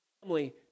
family